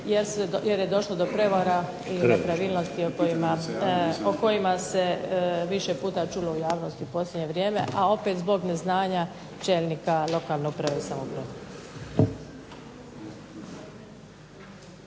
jer je došlo do prevara i nepravilnosti o kojima se više puta čulo u javnosti u posljednje vrijeme, a opet zbog neznanja čelnika lokalne uprave i samouprave.